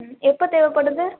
ம் எப்போ தேவைப்படுது